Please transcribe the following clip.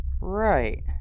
Right